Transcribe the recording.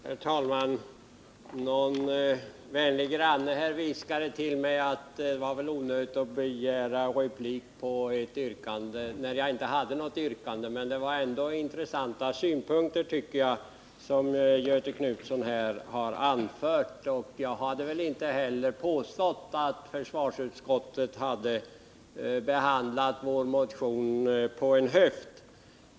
Herr talman! En vänlig granne viskade till mig att det väl var onödigt att begära replik när jag inte hade något yrkande, men det var ändå intressanta synpunkter Göthe Knutson anförde. Jag har emellertid inte påstått att försvarsutskottet skulle ha behandlat vår motion på en höft.